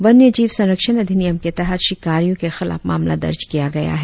वन्यजीव संरक्षण अधिनियम के तहत शिकारियों के खिलाफ मामला दर्ज किया गया है